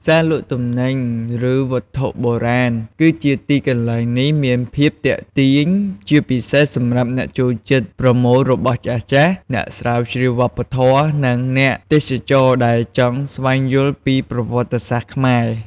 ផ្សារលក់ទំនិញ ឬវត្ថុបុរាណ គឺជាទីកន្លែងនេះមានភាពទាក់ទាញជាពិសេសសម្រាប់អ្នកចូលចិត្តប្រមូលរបស់ចាស់ៗ អ្នកស្រាវជ្រាវវប្បធម៌ និងអ្នកទេសចរណ៍ដែលចង់ស្វែងយល់ពីប្រវត្តិសាស្ត្រខ្មែរ។